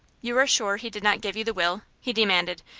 you are sure he did not give you the will? he demanded,